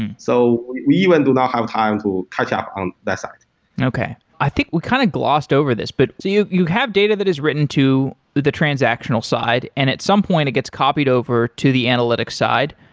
and so we even and do not have time to catch ah up on that side okay. i think we kind of glossed over this, but you you have data that is written to the transactional side. and at some point, it gets copied over to the analytic side.